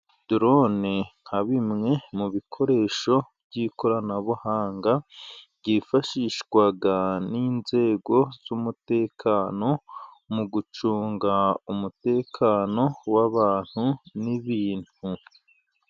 Dorone nka bimwe mu bikoresho by'ikoranabuhanga, byifashishwa n'inzego z'umutekano, mu gucunga umutekano w'abantu n'ibintu.